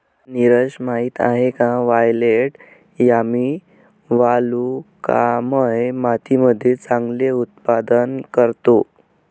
नीरज माहित आहे का वायलेट यामी वालुकामय मातीमध्ये चांगले उत्पादन करतो?